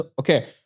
Okay